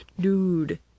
Dude